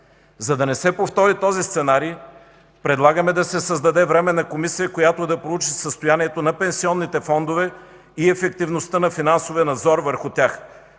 За да не се повтори този сценарий, предлагаме да се създаде временна комисия, която да проучи състоянието на пенсионните фондове и ефективността на финансовия надзор върху тях.